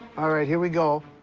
all right, here we go.